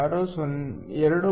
8 0